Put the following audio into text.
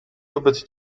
wobec